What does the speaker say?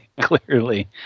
Clearly